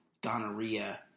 gonorrhea